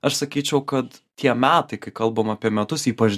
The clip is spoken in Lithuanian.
aš sakyčiau kad tie metai kai kalbam apie metus ypač